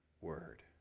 word